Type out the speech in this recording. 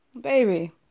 baby